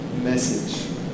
message